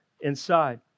inside